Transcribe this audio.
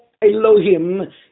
Elohim